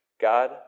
God